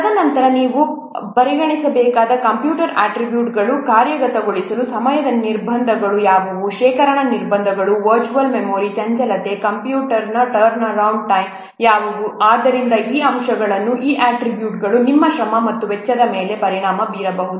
ತದನಂತರ ನೀವು ಪರಿಗಣಿಸಬೇಕಾದ ಕಂಪ್ಯೂಟರ್ ಅಟ್ರಿಬ್ಯೂಟ್ಗಳು ಕಾರ್ಯಗತಗೊಳಿಸುವ ಸಮಯದ ನಿರ್ಬಂಧಗಳು ಯಾವುವು ಶೇಖರಣಾ ನಿರ್ಬಂಧಗಳು ವರ್ಚುವಲ್ ಮೆಮೊರಿ ಚಂಚಲತೆ ಕಂಪ್ಯೂಟರ್ ಟರ್ನ್ಅರೌಂಡ್ ಟೈಮ್ ಯಾವುವು ಆದ್ದರಿಂದ ಈ ಅಂಶಗಳು ಈ ಅಟ್ರಿಬ್ಯೂಟ್ಗಳು ನಿಮ್ಮ ಶ್ರಮ ಮತ್ತು ವೆಚ್ಚದ ಮೇಲೆ ಪರಿಣಾಮ ಬೀರಬಹುದು